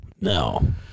No